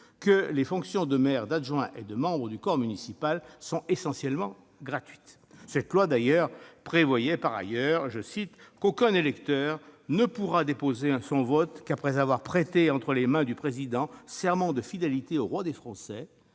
que « les fonctions de maire, d'adjoint et de membre du corps municipal sont essentiellement gratuites ». Par ailleurs, aux termes de cette loi, « aucun électeur ne pourra déposer son vote qu'après avoir prêté entre les mains du président serment de fidélité au roi des Français,